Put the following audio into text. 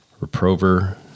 reprover